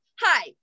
hi